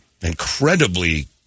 incredibly